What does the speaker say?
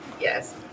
yes